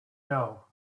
know